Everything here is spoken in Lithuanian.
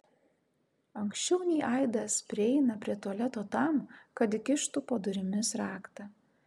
anksčiau nei aidas prieina prie tualeto tam kad įkištų po durimis raktą